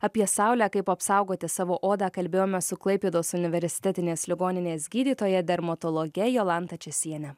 apie saulę kaip apsaugoti savo odą kalbėjome su klaipėdos universitetinės ligoninės gydytoja dermatologe jolanta česiene